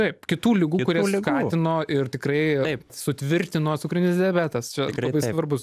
taip kitų ligų kurias skatino ir tikrai sutvirtino cukrinis diabetas čia labai svarbus